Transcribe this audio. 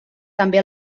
també